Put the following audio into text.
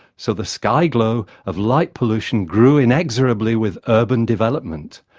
so the sky-glow of light-pollution grew inexorably with urban development.